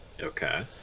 Okay